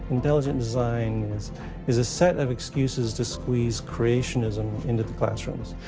intelligent design is a set of excuses to squeeze creationism into the classrooms.